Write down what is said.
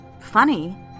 Funny